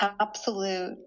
absolute